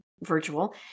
virtual